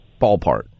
Ballpark